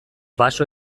baso